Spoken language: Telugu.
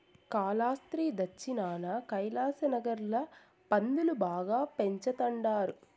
కాలాస్త్రి దచ్చినాన కైలాసనగర్ ల పందులు బాగా పెంచతండారు